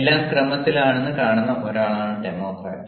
എല്ലാം ക്രമത്തിലാണെന്ന് കാണുന്ന ഒരാളാണ് ഡെമോക്രാറ്റ്